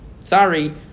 Sorry